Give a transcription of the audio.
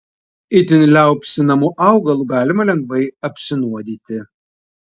itin liaupsinamu augalu galima lengvai apsinuodyti